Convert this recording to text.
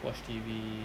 watch T_V